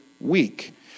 week